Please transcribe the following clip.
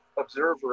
observer